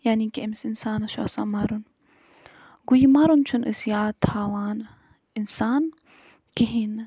یعنی کہِ أمِس اِنسانَس چھُ آسان مَرُن گوٚو یہِ مَرُن چھُنہٕ أسۍ یاد تھاوان اِنسان کِہیٖنۍ نہٕ